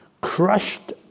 crushed